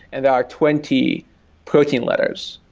and there are twenty protein letters.